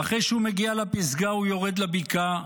ואחרי שהוא מגיע לפסגה הוא יורד לבקעה,